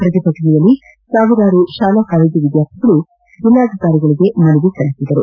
ಶ್ರತಿಭಟನೆಯಲ್ಲಿ ಸಾವಿರಾರು ಶಾಲಾಕಾಲೇಜು ವಿದ್ವಾರ್ಥಿಗಳು ಜಿಲ್ಲಾಧಿಕಾರಿಗಳಿಗೆ ಮನವಿ ಸಲ್ಲಿಸಿದರು